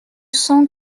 cent